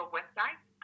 website